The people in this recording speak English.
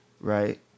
right